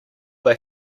they